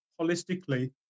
holistically